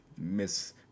Miss